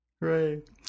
Right